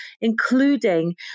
including